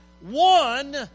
One